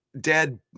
Dad